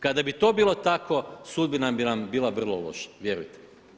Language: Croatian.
Kada bi to bilo tako sudbina bi nam bila vrlo loša, vjerujte.